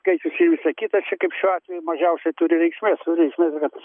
kaip jau čia jau įsakyta čia kaip šiuo atveju mažiausiai turi reikšmės turi reikšmės kad